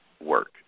work